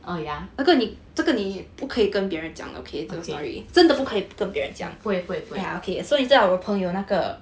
oh yeah okay 不会不会不会